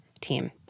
team